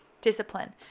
Discipline